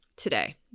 today